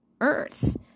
earth